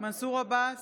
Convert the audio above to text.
מנסור עבאס,